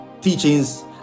Teachings